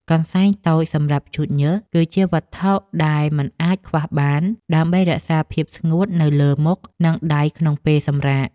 កន្សែងតូចសម្រាប់ជូតញើស គឺជាវត្ថុដែលមិនអាចខ្វះបាន ដើម្បីរក្សាភាពស្ងួតនៅលើមុខ និងដៃក្នុងពេលសម្រាក។